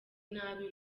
nabi